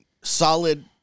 solid